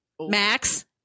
max